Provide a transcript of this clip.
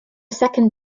second